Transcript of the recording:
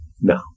no